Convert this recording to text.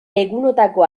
egunotako